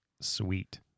sweet